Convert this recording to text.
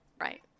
Right